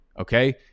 Okay